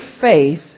faith